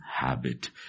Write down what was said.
habit